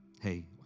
Hey